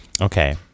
Okay